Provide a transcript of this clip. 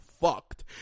fucked